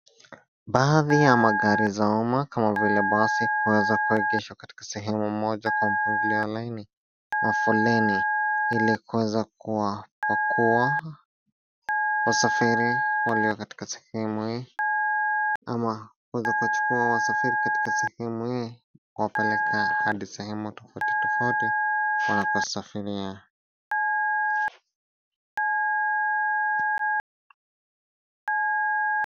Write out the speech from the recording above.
Baadhi ya magari za umma kama vile basi yameweza kuegeshwa Katika sehemu moja Kwa mpangilio wa laini au foleni ili kuweza kuwachukua wasafiri walio katika sehemu hii ama kuweza kuwachukua wasafiri katika sehemu hii kuwapeleka hadi sehemu tofauti tofauti wanakosafiria.